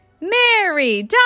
Mary